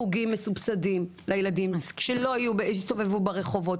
חוגים מסובסדים לילדים שלא יסתובבו ברחובות.